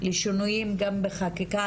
לשינויים גם בחקיקה.